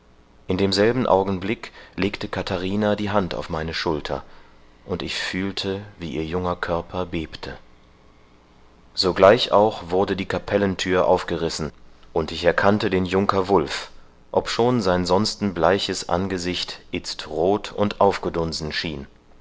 in demselben augenblick legte katharina die hand auf meine schulter und ich fühlte wie ihr junger körper bebte sogleich auch wurde die kapellenthür aufgerissen und ich erkannte den junker wulf obschon sein sonsten bleiches angesicht itzt roth und aufgedunsen schien